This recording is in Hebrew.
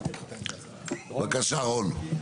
בבקשה, רון.